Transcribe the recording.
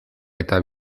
eta